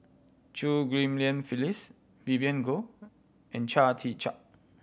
Chew Ghim Lian Phyllis Vivien Goh and Chia Tee Chiak